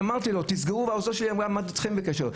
והעוזר שלי עמד גם אתכם בקשר.